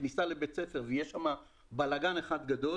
בכניסה לבית הספר ויהיה שם בלגן גדול,